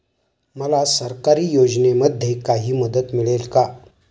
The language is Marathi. मला सरकारी योजनेमध्ये काही मदत मिळेल का?